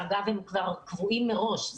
שאגב הם כבר קבועים מראש,